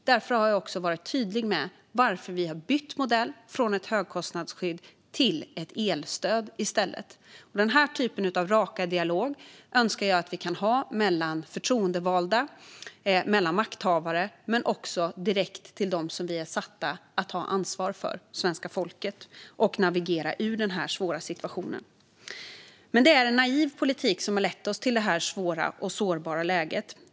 Därför har jag också varit tydlig med varför vi har bytt modell från ett högkostnadsskydd till ett elstöd. Den här typen av rak dialog önskar jag att vi kan ha mellan förtroendevalda och makthavare och även direkt med dem vi är satta att ta ansvar för, nämligen svenska folket, och navigera ur den här svåra situationen. Det är en naiv politik som har lett oss till det här svåra och sårbara läget.